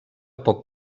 poc